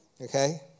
Okay